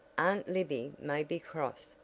aunt libby may be cross,